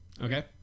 Okay